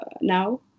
now